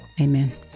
Amen